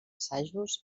assajos